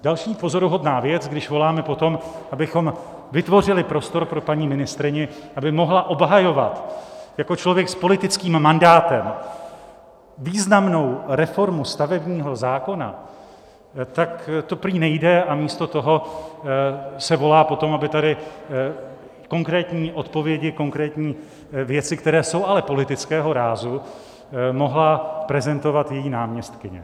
Další pozoruhodná věc, když voláme po tom, abychom vytvořili prostor pro paní ministryni, aby mohla obhajovat jako člověk s politickým mandátem významnou reformu stavebního zákona, tak to prý nejde a místo toho se volá po tom, aby tady konkrétní odpovědi, konkrétní věci, které jsou ale politického rázu, mohla prezentovat její náměstkyně.